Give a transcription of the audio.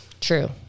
True